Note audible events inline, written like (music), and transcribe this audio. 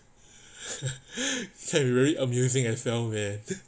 (laughs) can be very amusing as well man